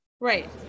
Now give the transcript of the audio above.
right